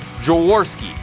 Jaworski